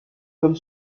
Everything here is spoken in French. comme